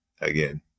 again